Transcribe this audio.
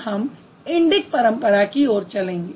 अब हम इंडिक परंपरा की ओर चलेंगे